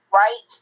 right